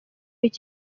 w’iki